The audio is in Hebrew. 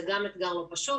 זה גם אתגר לא פשוט,